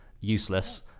useless